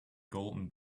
golden